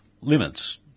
limits